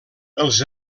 els